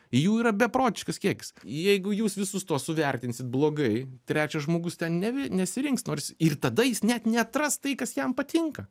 jų yra beprotiškas kiekis jeigu jūs visus tuos suvertinsit blogai trečias žmogus ten nesirinks nors ir tada jis net neatras tai kas jam patinka